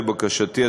לבקשתי,